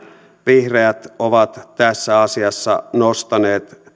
vihreät ovat tässä asiassa nostaneet